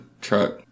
truck